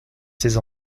seize